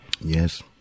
Yes